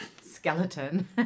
skeleton